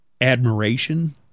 admiration